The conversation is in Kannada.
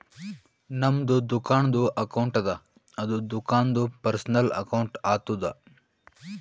ನಮ್ದು ದುಕಾನ್ದು ಅಕೌಂಟ್ ಅದ ಅದು ದುಕಾಂದು ಪರ್ಸನಲ್ ಅಕೌಂಟ್ ಆತುದ